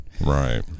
right